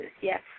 Yes